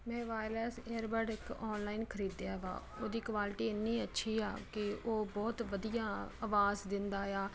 ਮੈਂ wireless airbud ਇੱਕ online ਖਰੀਦਿਆ ਵਾ ਉਹਦੀ ਕੁਆਲਟੀ ਇੰਨੀ ਅੱਛੀ ਆ ਕਿ ਉਹ ਬਹੁਤ ਵਧੀਆ ਅਵਾਜ਼ ਦਿੰਦਾ ਆ